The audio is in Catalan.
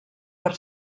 per